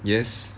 yes